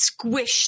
squished